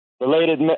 Related